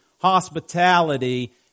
hospitality